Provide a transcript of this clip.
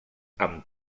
amb